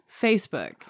Facebook